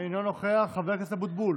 אינו נוכח, חבר הכנסת אבוטבול,